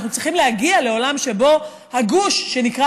אנחנו צריכים להגיע לעולם שבו הגוש שנקרא